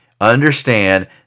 Understand